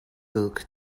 book